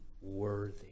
worthy